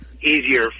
easier